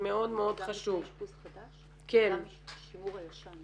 גם מבנה אשפוז חדש וגם שימור הישן.